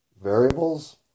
variables